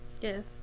Yes